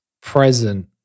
present